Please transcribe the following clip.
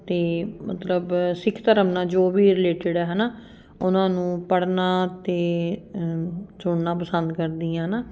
ਅਤੇ ਮਤਲਬ ਸਿੱਖ ਧਰਮ ਨਾਲ ਜੋ ਵੀ ਰਿਲੇਟਡ ਹੈ ਹੈ ਨਾ ਉਹਨਾਂ ਨੂੰ ਪੜ੍ਹਨਾ ਅਤੇ ਸੁਣਨਾ ਪਸੰਦ ਕਰਦੀ ਹਾਂ ਨਾ